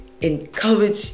encourage